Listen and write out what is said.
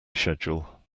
schedule